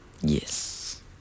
Yes